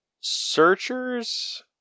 Searchers